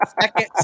second